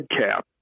cap